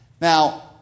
Now